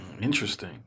Interesting